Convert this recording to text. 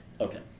Okay